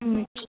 ह्म्